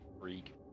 freak